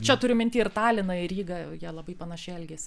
čia turiu minty ir taliną ir rygą jie labai panašiai elgiasi